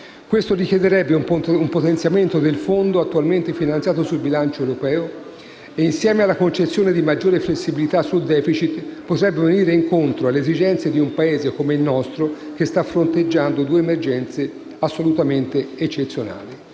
Ciò richiederebbe un potenziamento del Fondo, attualmente finanziato sul bilancio europeo, il quale, insieme alla concessione di maggiore flessibilità sul *deficit*, potrebbe venire incontro alle esigenze di un Paese come il nostro, che sta fronteggiando due emergenze assolutamente eccezionali.